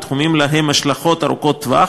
בתחומים שיש להם השלכות ארוכות טווח